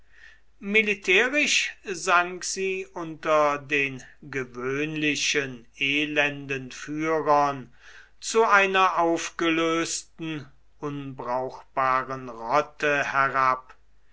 militärisch sank sie unter den gewöhnlichen elenden führern zu einer aufgelösten unbrauchbaren rotte herab